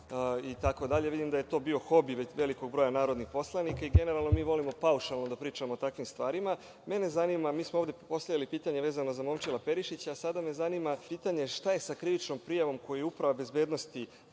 itd, vidim da je to bio hobi velikog broja narodnih poslanika i generalno mi volimo paušalno da pričamo o takvim stvarima, mene zanima, mi smo ovde postavljali pitanje vezano za Momčila Perišića, šta je sa krivičnom prijavom koju je Uprava bezbednosti